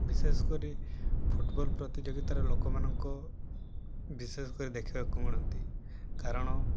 ବିଶେଷ କରି ଫୁଟବଲ୍ ପ୍ରତିଯୋଗିତାରେ ଲୋକମାନଙ୍କ ବିଶେଷ କରି ଦେଖିବାକୁ ମିଳନ୍ତି କାରଣ